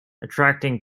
attracting